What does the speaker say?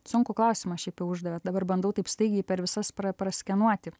sunkų klausimą šiaip jau uždavėt dabar bandau taip staigiai per visas pra praskenuoti